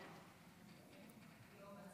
ההצעה להעביר את הנושא לוועדה